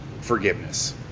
forgiveness